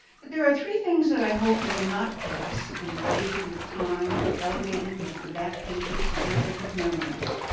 but there are three things that i hope will not pass and fade with time delegated to the back pages of your book of memories.